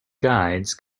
guides